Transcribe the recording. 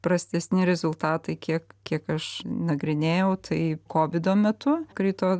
prastesni rezultatai kiek kiek aš nagrinėjau tai kovido metu krito